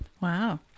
Wow